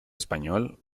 español